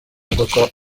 imodoka